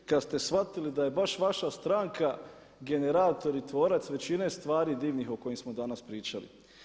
I kada ste shvatili da je baš vaša stranka generator i tvorac većine stvari divnih o kojima samo danas pričali.